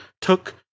took